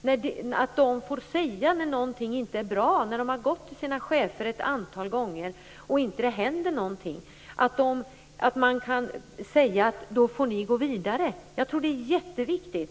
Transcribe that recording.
Personalen skall få säga när någonting inte är bra och gå vidare när man ett antal gånger gått till chefen och det inte hänt någonting. Det tror jag är jätteviktigt.